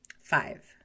Five